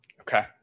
Okay